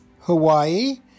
Hawaii